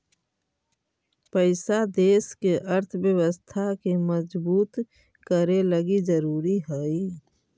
पैसा देश के अर्थव्यवस्था के मजबूत करे लगी ज़रूरी हई